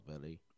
Billy